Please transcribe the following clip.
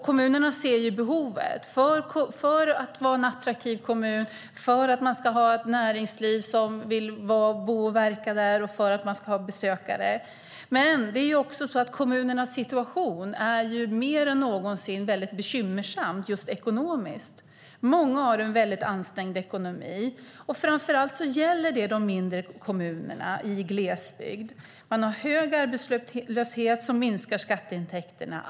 Kommunerna ser att behovet finns om man vill vara en attraktiv kommun, få ett näringsliv som vill verka där, människor som vill bo och leva där och få besökare. Men kommunernas ekonomiska situation är ju mer bekymmersam än någonsin. Många har en mycket ansträngd ekonomi. Det gäller framför allt de mindre kommunerna i glesbygden. De har en hög arbetslöshet som minskar skatteintäkterna.